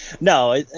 No